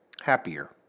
Happier